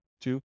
Two